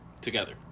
Together